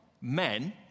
men